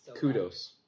kudos